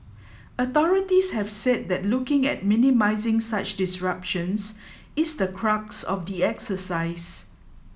authorities have said that looking at minimising such disruptions is the crux of the exercise